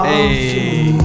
Hey